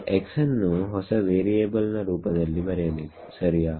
so x ನ್ನು ಹೊಸ variable ನ ರೂಪದಲ್ಲಿ ಬರೆಯಬೇಕು ಸರಿಯಾ